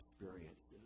experiences